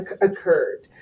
occurred